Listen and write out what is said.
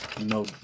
no